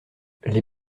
les